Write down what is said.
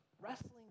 wrestling